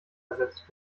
ersetzt